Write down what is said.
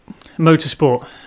Motorsport